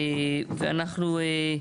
ואנחנו,